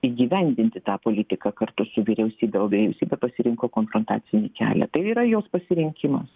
įgyvendinti tą politiką kartu su vyriausybe o vyriausybė pasirinko konfrontacinį kelią tai yra jos pasirinkimas